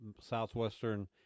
Southwestern